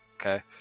Okay